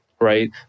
right